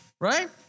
Right